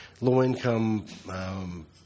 low-income